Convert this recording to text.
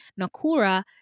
Nakura